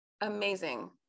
amazing